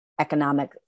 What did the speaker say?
economic